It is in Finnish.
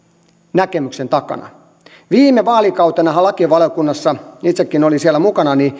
näkemyksen takana viime vaalikautenahan lakivaliokunnassa itsekin olin siellä mukana